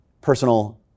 personal